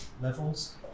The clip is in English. levels